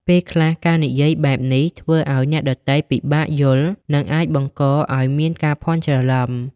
ពេលខ្លះ ការនិយាយបែបនេះធ្វើឱ្យអ្នកដទៃពិបាកយល់និងអាចបង្កឱ្យមានការភ័ន្តច្រឡំ។